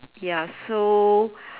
ya so